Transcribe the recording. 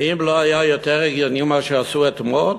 האם לא היה יותר הגיוני מה שעשו אתמול,